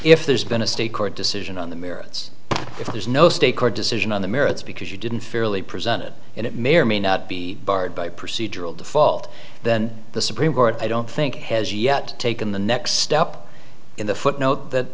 if there's been a state court decision on the merits if there's no stake or decision on the merits because you didn't fairly present it and it may or may not be barred by procedural default then the supreme court i don't think has yet taken the next step in the footnote that